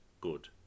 good